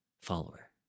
follower